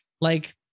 like-